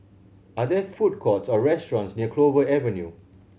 are there food courts or restaurants near Clover Avenue